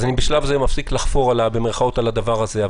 בשלב זה אני מפסיק לחפור על הדבר הזה,